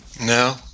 No